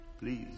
Please